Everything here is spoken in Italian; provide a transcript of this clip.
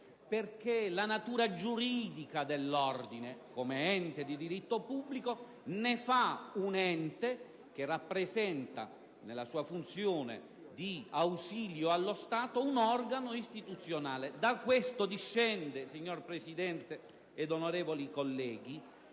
La natura giuridica dell'ordine, come ente di diritto pubblico, ne fa un ente che rappresenta, nella sua funzione di ausilio allo Stato, un organo istituzionale. Da ciò discende, signora Presidente, onorevoli colleghi,